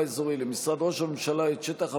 אזורי למשרד ראש הממשלה את שטח הפעולה: